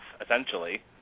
essentially